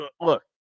look